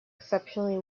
exceptionally